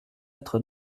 être